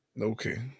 Okay